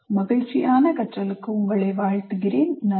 மகிழ்ச்சியான கற்றலுக்கு உங்களை வாழ்த்துகிறேன் நன்றி